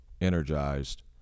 energized